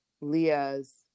Leah's